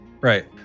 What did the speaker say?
right